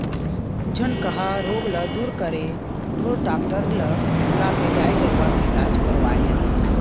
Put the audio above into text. झनकहा रोग ल दूर करे ढोर डॉक्टर ल बुलाके गाय गरुवा के इलाज करवाय जाथे